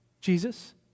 Jesus